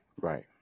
Right